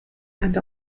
and